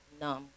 numb